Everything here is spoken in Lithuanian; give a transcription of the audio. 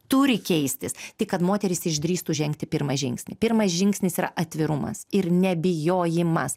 turi keistis tik kad moterys išdrįstų žengti pirmą žingsnį pirmas žingsnis yra atvirumas ir nebijojimas